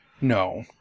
No